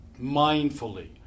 mindfully